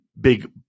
big